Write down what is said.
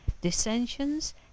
dissensions